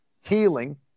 healing